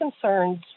concerns